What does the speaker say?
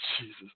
jesus